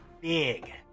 big